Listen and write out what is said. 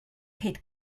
ceid